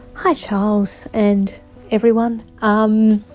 hi charles and everyone um